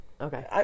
Okay